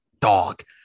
dog